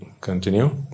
continue